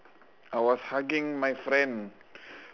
I was hugging my friend